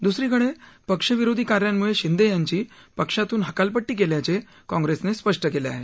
दुसरीकडे पक्षविरोधी कार्यांमुळे शिंदे यांची पक्षातून हकालपट्टी केल्याचे काँग्रेसने स्पष्ट केले आहे